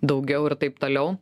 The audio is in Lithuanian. daugiau ir taip toliau